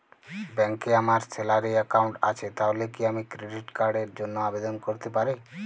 ব্যাংকে আমার salary account আছে তাহলে কি আমি ক্রেডিট কার্ড র জন্য আবেদন করতে পারি?